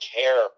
care